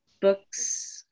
books